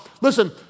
Listen